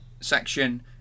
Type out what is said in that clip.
section